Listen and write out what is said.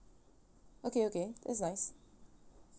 okay okay that's nice